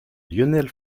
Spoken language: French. lionel